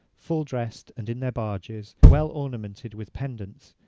full dressed, and in their barges, well ornamented with pendants,